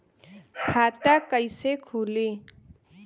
खाता कईसे खुली?